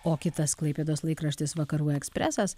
o kitas klaipėdos laikraštis vakarų ekspresas